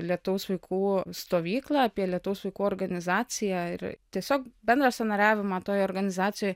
lietaus vaikų stovyklą apie lietaus vaikų organizaciją ir tiesiog bendrą savanoriavimą toj organizacijoj